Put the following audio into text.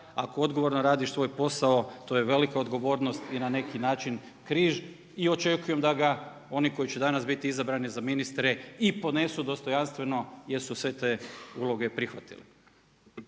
ako odgovorno radiš svoj posao to je velika odgovornost i na neki način križ i očekujem da ga oni koji će danas biti izabrani za ministre i ponesu dostojanstveno jer su se te uloge prihvatili.